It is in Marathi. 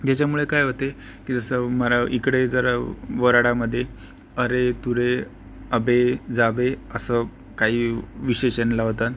ज्याच्यामुळे काय होते की जसं मरा इकडे जर वराडामध्ये अरे तुरे आबे जाबे असं काही विशेषण लावतात